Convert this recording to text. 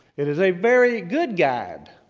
it is a very good guide.